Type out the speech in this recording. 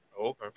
okay